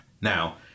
Now